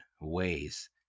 ways